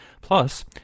Plus